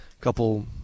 couple